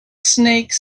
snake